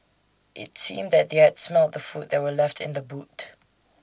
IT seemed that they had smelt the food that were left in the boot